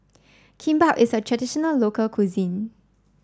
Kimbap is a traditional local cuisine